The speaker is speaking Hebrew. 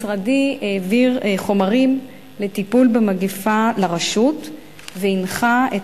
משרדי העביר חומרים לטיפול במגפה לרשות והנחה את